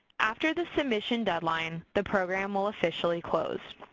after the submission deadline, the program will officially close.